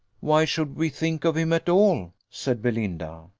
why should we think of him at all? said belinda.